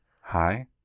hi